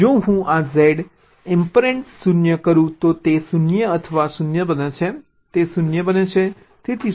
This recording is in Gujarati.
જો હું આ Z એમ્પરસેન્ડ 0 કરું તો તે 0 અથવા 0 બને છે તે 0 બને છે